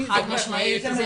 חד משמעית.